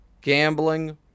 gambling